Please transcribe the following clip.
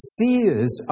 fears